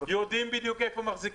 יודעים בדיוק איפה מחזיקים את הנשק,